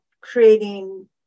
creating